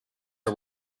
are